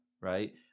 right